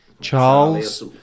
Charles